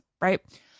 right